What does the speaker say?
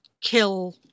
kill